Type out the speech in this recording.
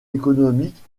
économique